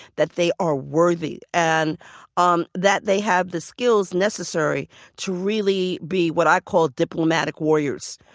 that they are worthy and um that they have the skills necessary to really be what i called diplomatic warriors.